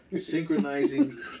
synchronizing